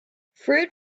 fruit